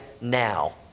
now